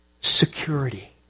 security